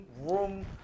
room